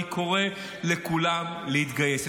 אני קורא לכולם להתגייס.